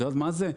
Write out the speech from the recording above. את יודעת מה זה?